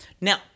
now